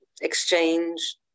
exchange